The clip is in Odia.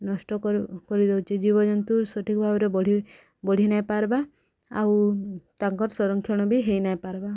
ନଷ୍ଟ କରିଦଉଛି ଜୀବଜନ୍ତୁ ସଠିକ୍ ଭାବରେ ବଢ଼ି ବଢ଼ି ନାହିଁ ପାର୍ବା ଆଉ ତାଙ୍କର ସଂରକ୍ଷଣବି ହେଇ ନାହିଁ ପାର୍ବା